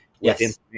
yes